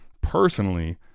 personally